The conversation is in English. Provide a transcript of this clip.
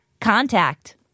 Contact